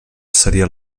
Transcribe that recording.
seria